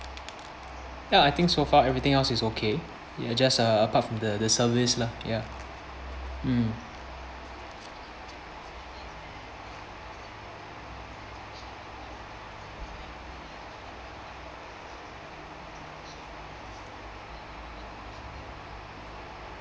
ya I think so far everything else is okay ya it's just uh apart from the the service lah ya mm